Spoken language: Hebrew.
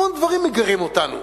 המון דברים מגרים אותנו.